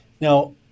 Now